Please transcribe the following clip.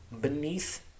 beneath